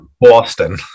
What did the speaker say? Boston